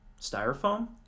styrofoam